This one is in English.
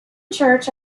church